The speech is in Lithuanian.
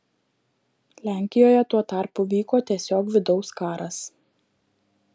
lenkijoje tuo tarpu vyko tiesiog vidaus karas